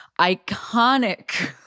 iconic